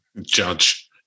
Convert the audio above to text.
Judge